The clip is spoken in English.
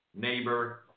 neighbor